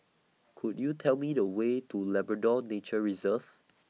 Could YOU Tell Me The Way to Labrador Nature Reserve